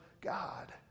God